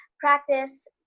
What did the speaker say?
practice